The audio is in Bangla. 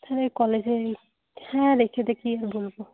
হ্যাঁ কলেজেই হ্যাঁ রেখে দে কি আর বলবো